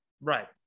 right